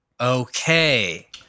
Okay